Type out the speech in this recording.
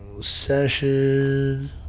Session